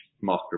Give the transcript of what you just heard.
Master